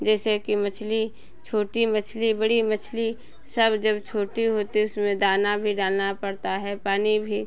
जैसे कि मछली छोटी मछली बड़ी मछली सब जब छोटी होती उसमें दाना भी डालना पड़ता है पानी भी